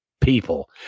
people